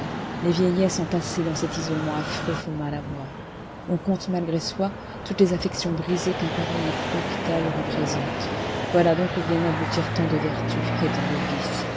les vieillesses entassées dans cet isolement affreux font mal à voir on compte malgré soi toutes les affections brisées qu'un pareil hôpital représente voilà donc où viennent aboutir tant de vertus et tant de